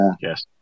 Yes